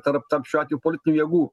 tarp tarp šiuo atveju politinių jėgų